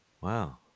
Wow